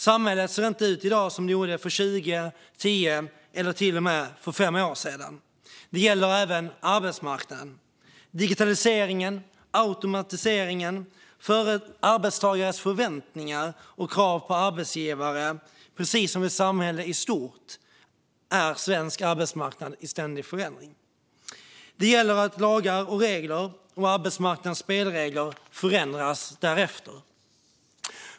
Samhället ser i dag inte ut som det gjorde för tjugo, tio eller ens fem år sedan. Detta gäller även arbetsmarknaden - digitaliseringen, automatiseringen, arbetstagares förväntningar och krav på arbetsgivare. Precis som samhället i stort är svensk arbetsmarknad i ständig förändring. Det gäller att lagar och regler och arbetsmarknadens spelregler förändras därefter.